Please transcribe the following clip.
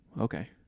okay